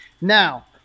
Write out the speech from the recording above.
Now